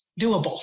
doable